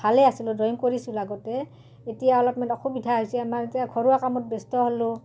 ভালেই আছিলোঁ ড্ৰয়িং কৰিছিলোঁ আগতে এতিয়া অলপমান অসুবিধা হৈছে আমাৰ এতিয়া ঘৰুৱা কামত ব্যস্ত হ'লোঁ